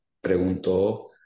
preguntó